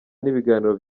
n’ibiganiro